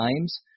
times